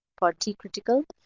for t-critical.